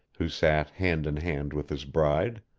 who sat hand in hand with his bride,